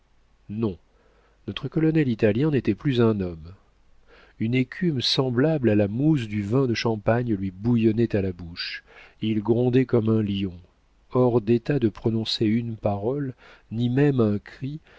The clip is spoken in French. non notre colonel italien n'était plus un homme une écume semblable à la mousse du vin de champagne lui bouillonnait à la bouche il grondait comme un lion hors d'état de prononcer une parole ni même un cri